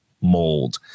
mold